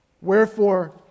Wherefore